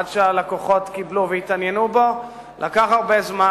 עד שהלקוחות קיבלו והתעניינו בו לקח הרבה זמן.